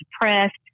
depressed